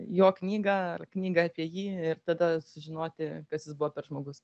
jo knygą ar knygą apie jį ir tada sužinoti kas jis buvo per žmogus